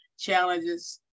challenges